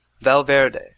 Valverde